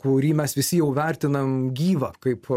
kurį mes visi jau vertinam gyvą kaip